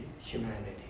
humanity